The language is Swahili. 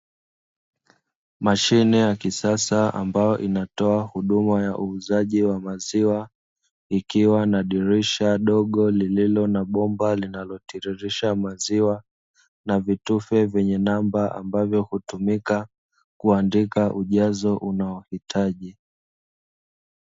Mashine ya kisasa ambayo inatoa huduma ya uuzaji wa maziwa likiwa na dirisha dogo lililo na bomba linalotiririsha maziwa na vitufe vyenye namba ambavyo utumika kuandika ujazo unaohitaji.